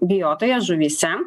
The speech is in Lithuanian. bijotoje žuvyse